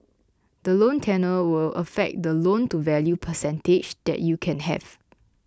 the loan tenure will affect the loan to value percentage that you can have